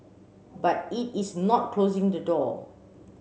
but it is not closing the door